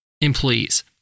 employees